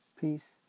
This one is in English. Peace